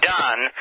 done